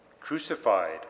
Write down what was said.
crucified